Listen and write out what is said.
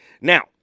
Now